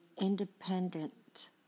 independent